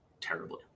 terribly